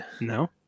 No